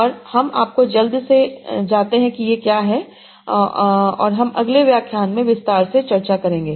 और हम आपको जल्दी से जाते हैं कि ये क्या हैं और हम अगले व्याख्यान में विस्तार से चर्चा करेंगे